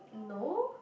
no